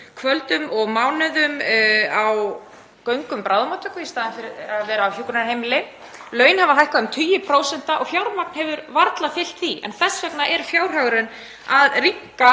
kvöldum og mánuðum á göngum bráðamóttöku í staðinn fyrir að vera á hjúkrunarheimili. Laun hafa hækkað um tugi prósenta og fjármagn hefur varla fylgt því. En þess vegna er fjárhagurinn að rýmka,